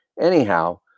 Anyhow